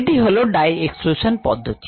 এটি হলো dye exclusion পদ্ধতি